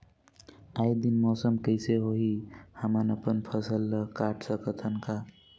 आय दिन मौसम कइसे होही, हमन अपन फसल ल काट सकत हन का?